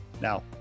Now